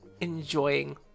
enjoying